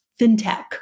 fintech